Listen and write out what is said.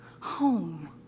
Home